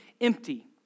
empty